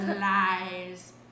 Lies